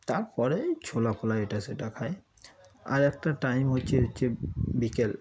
তার পরে ওই ছোলা ফোলা এটা সেটা খাই আর একটা টাইম হচ্ছে হচ্ছে বিকেল